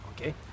okay